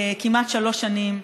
כמעט שלוש שנים,